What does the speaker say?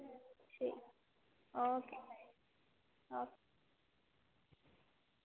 ठीक okay okay